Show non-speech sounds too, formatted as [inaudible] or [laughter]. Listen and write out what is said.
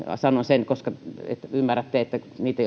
sanon sen että ymmärrätte että niitä [unintelligible]